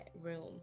room